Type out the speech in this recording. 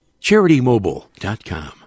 CharityMobile.com